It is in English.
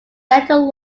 gentle